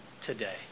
today